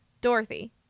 dorothy